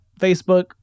Facebook